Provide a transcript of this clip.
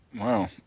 Wow